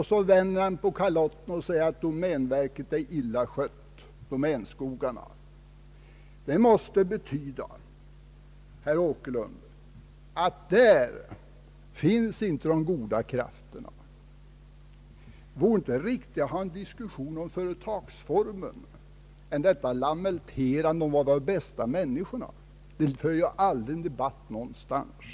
Så vände han på kalotten och påstod att domänverkets skogar är illa skötta. Det måste betyda, herr Åkerlund, att där inte finns de goda krafterna. Vore det inte riktigare med en diskussion om företagsformer än detta lamenterande om var de bästa människorna finns. Det för ju inte debatten någonstans.